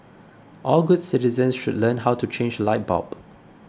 all good citizens should learn how to change light bulb